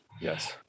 Yes